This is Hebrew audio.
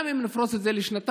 גם אם נפרוס את זה לשנתיים,